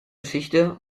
geschichte